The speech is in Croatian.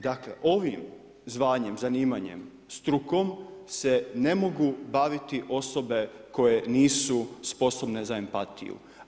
Dakle, ovim zvanjem, zanimanjem strukom se ne mogu baviti osobe koje nisu sposobne za empatiju.